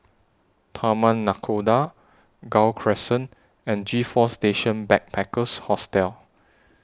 Taman Nakhoda Gul Crescent and G four Station Backpackers Hostel